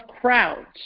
crowds